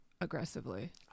Aggressively